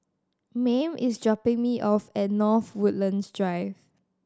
Mame is dropping me off at North Woodlands Drive